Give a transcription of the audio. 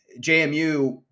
JMU